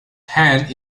hand